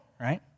right